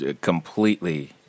Completely